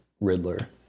Riddler